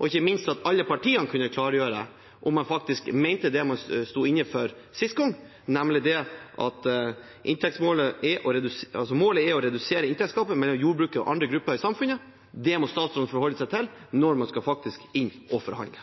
og ikke minst at alle partiene kunne klargjøre – om man faktisk mente det man sto inne for sist gang, nemlig at målet er å redusere inntektsgapet mellom jordbruket og andre grupper i samfunnet. Det må statsråden forholde seg til når man skal inn og forhandle.